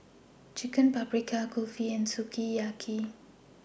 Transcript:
Chicken Paprikas Kulfi and Sukiyaki